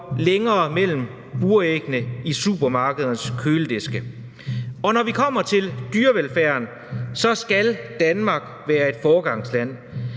længere imellem buræggene i supermarkedernes kølediske. Og når det kommer til dyrevelfærden, så skal Danmark være et foregangsland.